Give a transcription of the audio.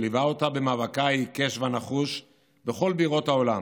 שליווה אותה במאבקה העיקש והנחוש בכל בירות העולם,